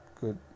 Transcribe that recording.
good